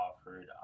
offered